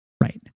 Right